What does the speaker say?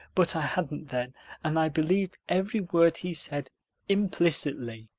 but i hadn't then and i believed every word he said implicitly.